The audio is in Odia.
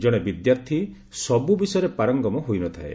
ଜଣେ ବିଦ୍ୟାର୍ଥୀ ସବୁ ବିଷୟରେ ପାରଙ୍ଗମ ହୋଇନଥାଏ